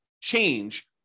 change